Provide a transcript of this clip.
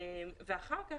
אחר כך,